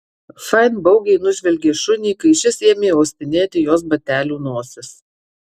fain baugiai nužvelgė šunį kai šis ėmė uostinėti jos batelių nosis